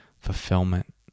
fulfillment